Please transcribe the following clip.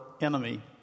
enemy